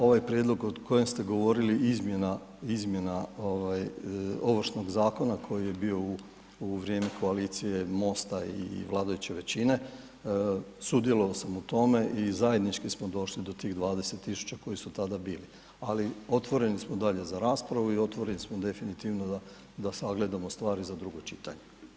Ovaj prijedlog o kojem ste govorili, izmjena Ovršnog zakona koji je bio u vrijeme koalicije MOST-a i vladajuće većine, sudjelovao sam u tome i zajednički smo došli do tih 20.000 koji su tada bili, ali otvoreni smo dalje za raspravu i otvoreni smo definitivno da sagledamo stvari za drugo čitanje.